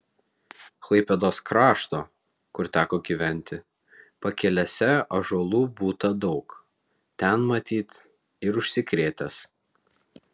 klaipėdos krašto kur teko gyventi pakelėse ąžuolų būta daug ten matyt ir užsikrėtęs